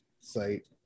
site